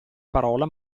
parola